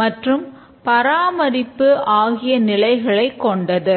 மற்றும் பராமரிப்பு ஆகிய நிலைகளைக் கொண்டது